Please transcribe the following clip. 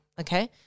okay